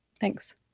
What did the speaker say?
Thanks